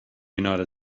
united